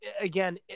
again